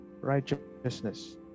righteousness